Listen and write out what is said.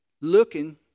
looking